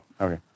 okay